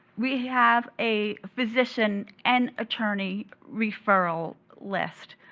we have a physician and attorney referral list.